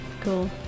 Cool